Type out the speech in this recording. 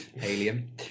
alien